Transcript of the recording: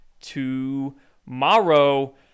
tomorrow